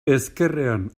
ezkerrean